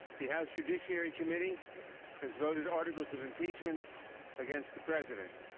the house judiciary committee has voted articles of impeachment against the president.